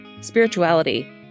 spirituality